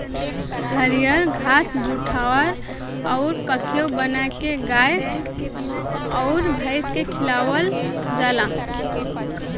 हरिअर घास जुठहर अउर पखेव बाना के गाय अउर भइस के खियावल जाला